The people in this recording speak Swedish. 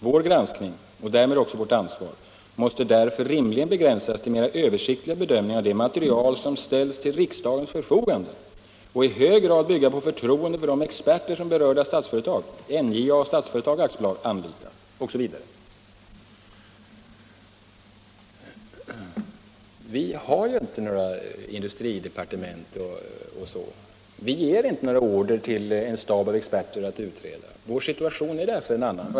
Vår granskning — och därmed också vårt ansvar — måste därför rimligen begränsas till mera översiktliga bedömningar av det material som ställts till riksdagens förfogande och i hög grad bygga på förtroende för de experter som berörda statsföretag — NJA och Statsföretag AB -— anlitat.” Vi har inte något industridepartement eller liknande. Vi ger inte några order till en stab av experter att utreda. Vår situation är alltså en annan.